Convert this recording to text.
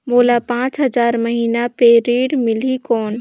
मोला पांच हजार महीना पे ऋण मिलही कौन?